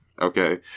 Okay